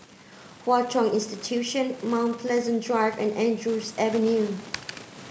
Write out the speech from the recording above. Hwa Chong Institution Mount Pleasant Drive and Andrews Avenue